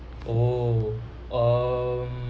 oh um